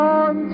on